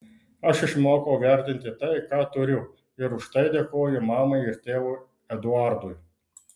aš išmokau vertinti tai ką turiu ir už tai dėkoju mamai ir tėvui eduardui